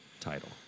title